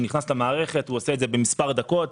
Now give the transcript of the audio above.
הוא נכנס למערכת, הוא עושה את זה תוך מספר דקות.